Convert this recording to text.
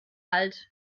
alt